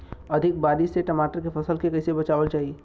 अधिक बारिश से टमाटर के फसल के कइसे बचावल जाई?